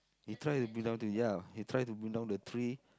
he try to bring down the ya he try to bring down the tree